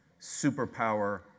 superpower